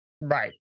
Right